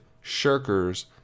Shirkers